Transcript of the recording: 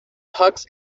tux